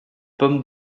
pommes